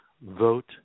vote